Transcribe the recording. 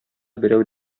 берәү